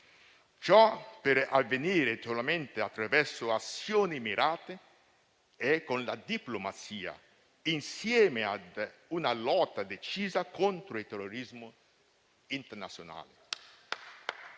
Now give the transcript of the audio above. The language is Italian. Ciò deve avvenire solamente attraverso azioni mirate e con la diplomazia, insieme a una lotta decisa contro il terrorismo internazionale.